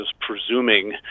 presuming